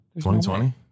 2020